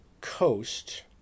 coast